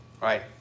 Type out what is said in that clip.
Right